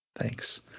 thanks